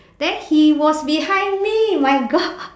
then he was behind me my god